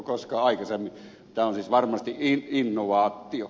tämä on siis varmasti innovaatio